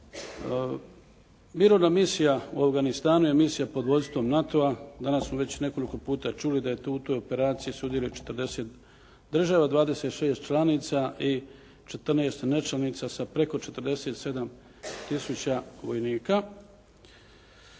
Mirovna misija u Afganistanu je misija pod vodstvom NATO-a, danas smo već nekoliko puta čuli da je tu u toj operaciji sudjeluje 40 država, 26 članica i 14 nečlanica sa preko 47 tisuća vojnika.